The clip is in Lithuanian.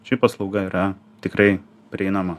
ši paslauga yra tikrai prieinama